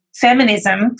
feminism